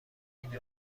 اینه